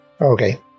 Okay